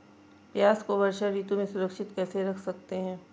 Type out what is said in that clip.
प्याज़ को वर्षा ऋतु में सुरक्षित कैसे रख सकते हैं?